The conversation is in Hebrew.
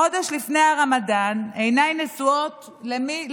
חודש לפני הרמדאן, עיניי נשואות למי?